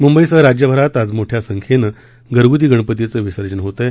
मुंबईसह राज्यभरात आज मोठ्या संख्येनं घरग्ती गणपतीचं विसर्जन होत आहे